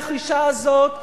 הלחישה הזאת,